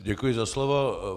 Děkuji za slovo.